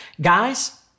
Guys